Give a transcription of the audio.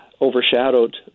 overshadowed